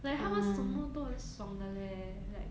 like 他们什么都很爽的 leh like